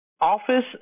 office